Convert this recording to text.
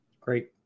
Great